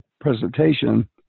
presentation